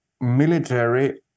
military